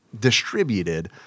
distributed